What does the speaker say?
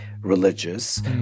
religious